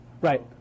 Right